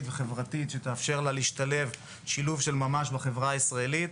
וחברתית שתאפשר לה להשתלב שילוב של ממש בחברה הישראלית,